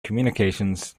communications